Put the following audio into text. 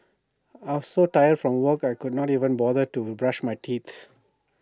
I was so tired from work I could not even bother to brush my teeth